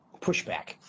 pushback